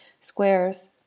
Squares